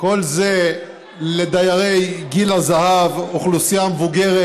כל זה לדיירי גיל הזהב, אוכלוסייה מבוגרת.